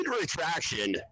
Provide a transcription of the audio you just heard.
retraction